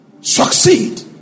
succeed